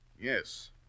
Yes